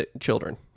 children